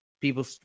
people